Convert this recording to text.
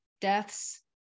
deaths